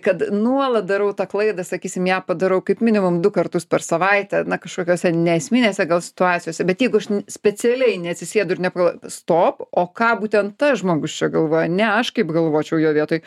kad nuolat darau tą klaidą sakysim ją padarau kaip minimum du kartus per savaitę na kažkokiuose ne esminėse gal situacijose bet jeigu aš specialiai neatsisėdu ir nepagalvoju stop o ką būtent tas žmogus čia galvoja ne aš kaip galvočiau jo vietoj